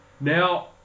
Now